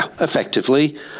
effectively